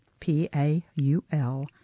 P-A-U-L